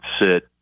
sit